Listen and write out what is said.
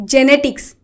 Genetics